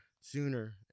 sooner